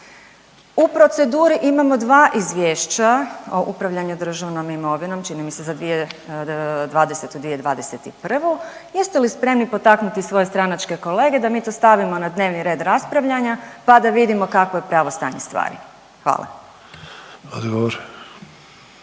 U proceduri imamo dva izvješća o upravljanju državnom imovinom, čini mi se za 2020. i 2021. Jeste li spremni potaknuti svoje stranačke kolege da mi to stavimo na dnevni red raspravljanja pa da vidimo kakvo je pravo stanje stvari? Hvala.